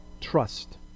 Trust